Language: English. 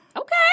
Okay